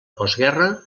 postguerra